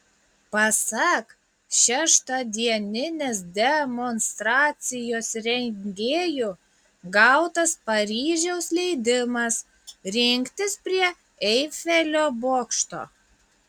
pasak šeštadieninės demonstracijos rengėjų gautas paryžiaus leidimas rinktis prie eifelio bokšto